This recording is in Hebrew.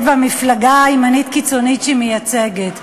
והמפלגה הימנית-קיצונית שהיא מייצגת,